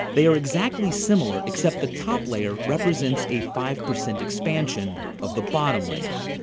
they are exactly similar, except the top layer represents a five percent expansion of the bottom layer.